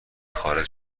خارج